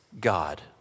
God